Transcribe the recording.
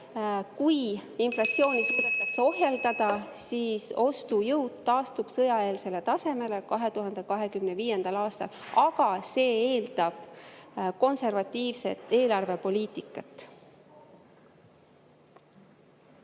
inflatsiooni suudetakse ohjeldada, siis ostujõud taastub sõjaeelsele tasemele 2025. aastal. Aga see eeldab konservatiivset eelarvepoliitikat.